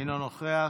אינו נוכח,